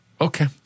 Okay